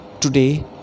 today